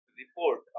report